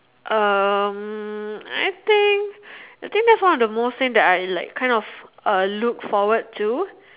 um I think I think thats one of the most thing that I kind of look forward to